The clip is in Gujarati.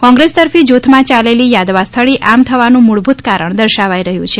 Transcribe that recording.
કોંગ્રેસ તરફી જૂથમાં ચાલેલી યાદવાસ્થળી આમ થવાનું મૂળભૂત કારણ દર્શાવાઈ રહ્યું છે